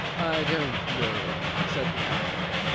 i don't know, said the caterpillar.